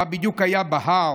מה בדיוק היה בהר,